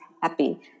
happy